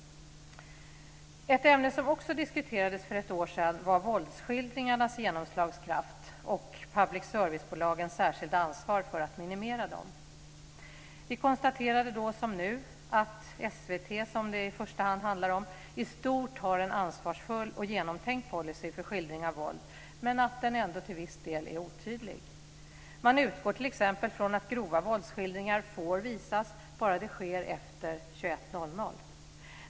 Ett ämne som också diskuterades för ett år sedan var våldsskildringarnas genomslagskraft och public service-bolagens särskilda ansvar för att minimera dem. Vi konstaterade då som nu att SVT, som det i första hand handlar om, i stort har en ansvarsfull och genomtänkt policy för skildring av våld, men att den till viss del är otydlig. Man utgår t.ex. från att grova våldsskildringar får visas bara om det sker efter 21.00.